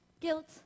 Guilt